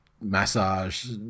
Massage